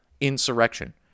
insurrection